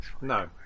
No